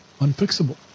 unfixable